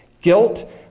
guilt